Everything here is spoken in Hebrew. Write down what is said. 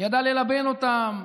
ידע ללבן אותן.